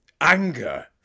anger